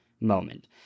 moment